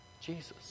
Jesus